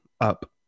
up